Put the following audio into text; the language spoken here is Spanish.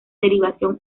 derivación